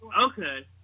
Okay